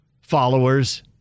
followers